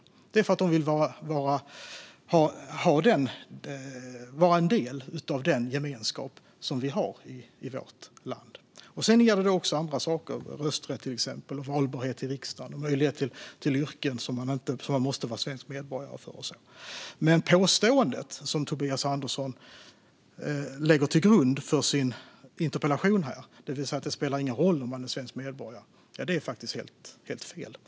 Det är för att de vill vara en del av den gemenskap som vi har i vårt land. Sedan gäller det också andra saker, till exempel rösträtt, valbarhet till riksdagen och möjlighet till yrken som kräver att man är svensk medborgare. Men påståendet som Tobias Andersson lägger till grund för sin interpellation - att det inte spelar någon roll om man är svensk medborgare - är faktiskt helt fel.